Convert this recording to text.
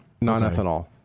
non-ethanol